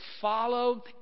follow